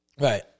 Right